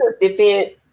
defense